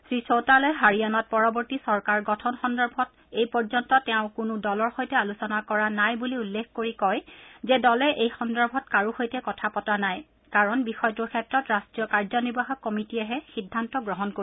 শ্ৰীচৌতালাই হাৰিয়াণাত পৰবৰ্তী চৰকাৰ গঠন সন্দৰ্ভত এই পৰ্যন্ত তেওঁ কোনো দলৰ সৈতে আলোচনা কৰা নাই বুলি উল্লেখ কৰি কয় যে দলে এই সন্দৰ্ভত কাৰো সৈতে কথা পতা নাই কাৰণ বিষয়টোৰ ক্ষেত্ৰত ৰাষ্ট্ৰীয় কাৰ্য্যনিৰ্বাহক কমিটিয়েহে সিদ্ধান্ত গ্ৰহণ কৰিব